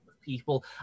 people